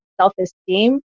self-esteem